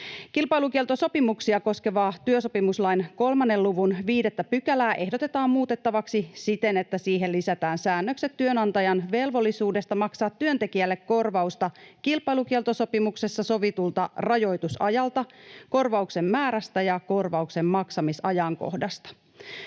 Kilpailukieltosopimuksia koskevaa työsopimuslain 3 luvun 5 §:ää ehdotetaan muutettavaksi siten, että siihen lisätään säännökset työnantajan velvollisuudesta maksaa työntekijälle korvausta kilpailukieltosopimuksessa sovitulta rajoitusajalta, korvauksen määrästä ja korvauksen maksamisajankohdasta.